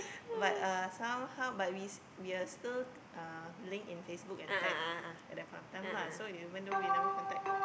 but uh somehow but we we are still uh link in Facebook and tag at that point of time lah so even though we never contact